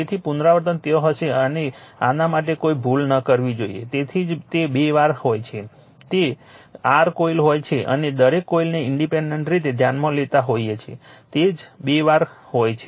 તેથી પુનરાવર્તન ત્યાં હશે આને આના માટે કોઈ ભૂલ ન કરવી જોઈએ તેથી જ તે બે વાર હોય છે તે r કોઇલ હોય છે અને દરેક કોઇલને ઇંડિપેંડેન્ટ રીતે ધ્યાનમાં લેતા હોય છે અને તેથી જ તે બે વાર હોય છે